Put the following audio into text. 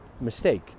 mistake